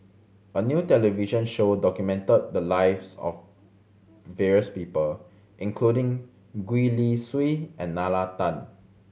a new television show documented the lives of various people including Gwee Li Sui and Nalla Tan